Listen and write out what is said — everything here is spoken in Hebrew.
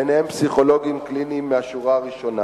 ביניהם פסיכולוגים קליניים מהשורה הראשונה,